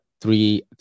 three